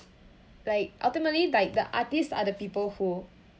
like ultimately like the artists are the people who